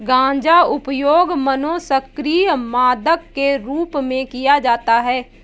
गांजा उपयोग मनोसक्रिय मादक के रूप में किया जाता है